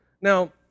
Now